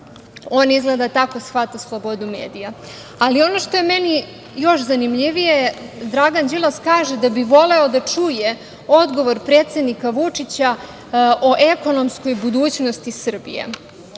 On izgleda tako shvata slobodu medija. Ali, ono što je meni još zanimljivije, Dragan Đilas kaže da bi voleo da čuje odgovor predsednika Vučića o ekonomskoj budućnosti Srbije. Ne